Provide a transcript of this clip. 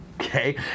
okay